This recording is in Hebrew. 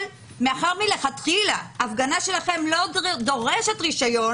אבל מאחר ומלכתחילה ההפגנה שלכם לא דורשת רישיון,